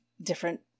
different